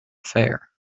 fare